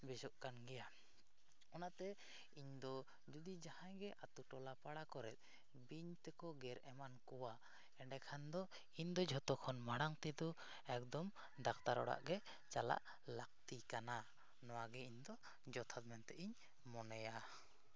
ᱵᱮᱥᱚᱜ ᱠᱟᱱ ᱜᱮᱭᱟ ᱚᱱᱟᱛᱮ ᱤᱧ ᱫᱚ ᱡᱩᱫᱤ ᱡᱟᱦᱟᱸᱭᱜᱮ ᱟᱹᱛᱩ ᱴᱚᱞᱟ ᱯᱟᱲᱟ ᱠᱚᱨᱮᱫ ᱵᱤᱧ ᱛᱮᱠᱚ ᱜᱮᱨ ᱮᱢᱟᱱ ᱠᱚᱣᱟ ᱮᱸᱰᱮᱠᱷᱟᱱ ᱫᱚ ᱤᱧ ᱫᱚ ᱡᱷᱚᱛᱚ ᱠᱷᱚᱱ ᱢᱟᱲᱟᱝ ᱛᱮᱫᱚ ᱮᱠᱫᱚᱢ ᱰᱟᱠᱛᱟᱨ ᱚᱲᱟᱜ ᱜᱮ ᱪᱟᱞᱟᱜ ᱞᱟᱹᱠᱛᱤ ᱠᱟᱱᱟ ᱱᱚᱣᱟᱜᱮ ᱤᱧ ᱫᱚ ᱡᱚᱛᱷᱟᱛ ᱢᱮᱱᱛᱤᱧ ᱢᱚᱱᱮᱭᱟ